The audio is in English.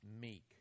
meek